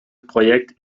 projekt